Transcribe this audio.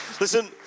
Listen